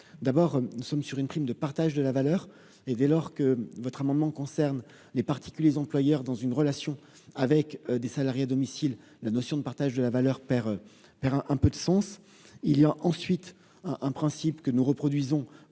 D'abord, nous traitons d'une prime de partage de la valeur : dès lors que l'amendement concerne les particuliers employeurs dans une relation avec des salariés à domicile, cette notion de partage de la valeur perd un peu de sens. Ensuite, nous reconduisons